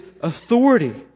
authority